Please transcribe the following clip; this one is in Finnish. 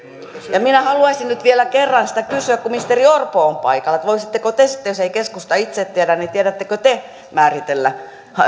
ja minä haluaisin nyt vielä kerran sitä kysyä kun ministeri orpo on paikalla että voisitteko te jos ei keskusta itse tiedä niin tiedättekö te määritellä